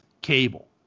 cable